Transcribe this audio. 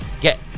get